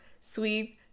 sweet